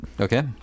Okay